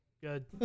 Good